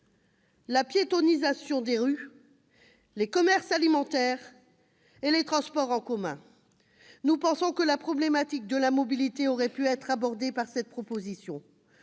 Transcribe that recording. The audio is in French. la piétonnisation des rues, les commerces alimentaires et les transports en commun. Nous pensons que la problématique de la mobilité aurait pu être abordée par cette proposition